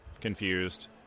confused